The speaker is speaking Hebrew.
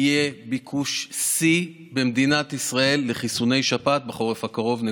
יהיה ביקוש שיא במדינת ישראל לחיסוני שפעת בחורף הקרוב.